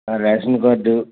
ration card